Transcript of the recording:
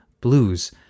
Blues